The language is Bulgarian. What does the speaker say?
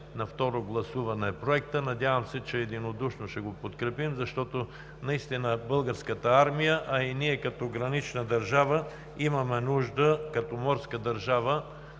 на второ гласуване Законопроекта. Надявам се, че единодушно ще го подкрепим, защото наистина Българската армия, а и ние като гранична държава, като морска държава